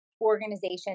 organization